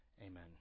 Amen